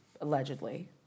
Allegedly